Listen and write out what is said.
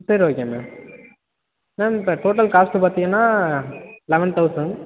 சரி okay ma'am ma'am இப்போ total cost பார்த்திங்கன்னா லெவன் தௌசண்ட்